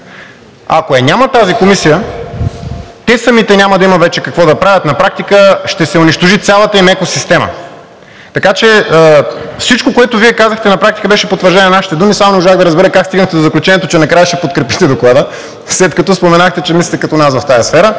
Ако я няма тази комисия, те самите няма да има вече какво да правят. На практика ще се унищожи цялата им екосистема. Така че всичко, което Вие казахте, на практика беше потвърждение на нашите думи. Не можах само да разбера как стигнахте до заключението, че накрая ще подкрепите Доклада, след като споменахте, че мислите като нас в тази сфера?